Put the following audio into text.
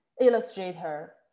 Illustrator